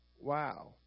wow